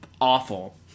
awful